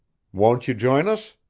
won't you join us?